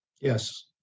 Yes